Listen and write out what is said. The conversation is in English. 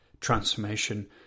transformation